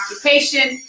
occupation